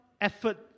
effort